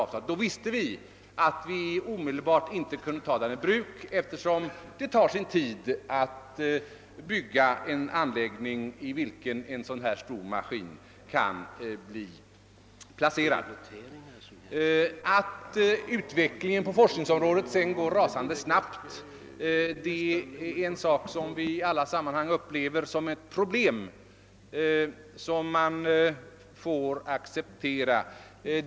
Vi visste att vi inte omedelbart kunde ta acceleratorn i bruk, eftersom det behövs en viss tid för att bygga upp en anläggning i vilken en så stor apparat kan placeras. Att utvecklingen på forskningsområdet går synnerligen snabbt är ett förhållande som vi i alla sammanhang upplever som ett problem och som vi får acceptera.